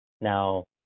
now